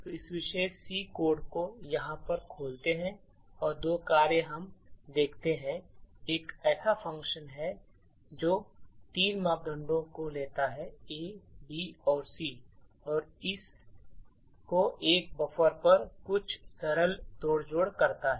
तो इस विशेष C कोड को यहाँ पर खोलते है और दो कार्य हम देखते हैं एक ऐसा फ़ंक्शन है जो तीन मापदंडों को लेता है a b और c और यह एक बफर पर कुछ सरल जोड़तोड़ करता है